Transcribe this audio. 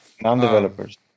non-developers